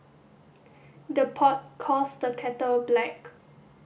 the pot calls the kettle black